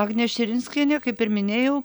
agnė širinskienė kaip ir minėjau